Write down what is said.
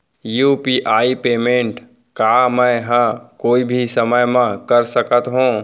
UPI payment का मैं ह कोई भी समय म कर सकत हो?